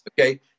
Okay